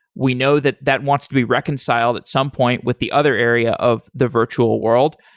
we know that that wants to be reconciled at some point with the other area of the virtual world.